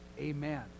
amen